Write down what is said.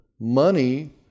money